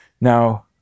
Now